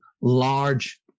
large